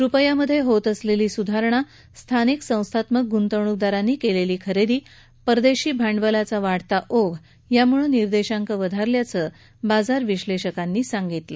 रूपयामध्ये होत असलेली सुधारणा स्थानिक संस्थात्मक गुंतवणूकदारांनी केलेली खरेदी परदेशी भांडवलाचा वाढलेला ओघ यामुळे निर्देशांक वधारले असं बाजार विश्लेषकांनी सांगितलं